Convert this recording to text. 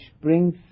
brings